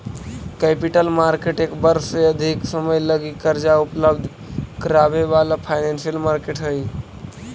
capital market एक वर्ष से अधिक समय लगी कर्जा उपलब्ध करावे वाला फाइनेंशियल मार्केट हई